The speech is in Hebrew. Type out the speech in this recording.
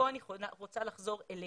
כאן אני רוצה לחזור אלינו.